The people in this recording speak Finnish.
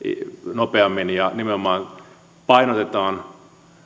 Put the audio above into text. nopeammin nimenomaan painotetaan